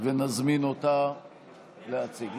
ונזמין אותה להציג.